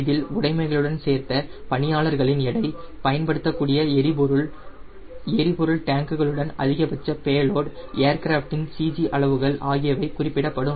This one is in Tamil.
இதில் உடைமைகளுடன் சேர்த்த பணியாளர்களின் எடை பயன்படுத்தப்படக் கூடிய எரிபொருள் எரிபொருள் டேங்க்களுடன் அதிகபட்ச பேலோடு ஏர்கிராஃப்ட் இன் CG அளவுகள் ஆகியவை குறிப்பிடப்படும்